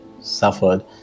suffered